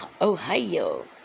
Ohio